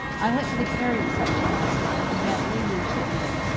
i went to the cary reception last night and met lulu chittenden.